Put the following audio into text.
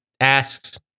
asks